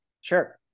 sure